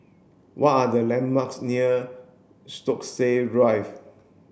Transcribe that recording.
what are the landmarks near Stokesay Drive